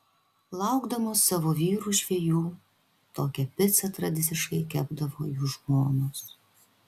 laukdamos savo vyrų žvejų tokią picą tradiciškai kepdavo jų žmonos